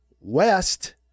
West